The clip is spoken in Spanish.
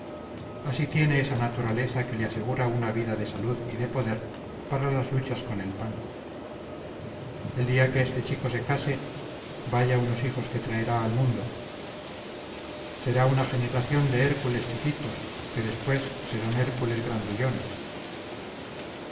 así tiene esa naturaleza que le asegura una vida de salud y de poder para las luchas por el pan el día que este chico se case vaya unos hijos que traerá al mundo será una generación de hércules chiquitos que después serán hércules grandullones